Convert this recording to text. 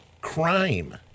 crime